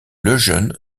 lejeune